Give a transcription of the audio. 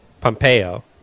pompeo